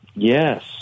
Yes